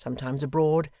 sometimes abroad,